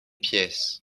pièces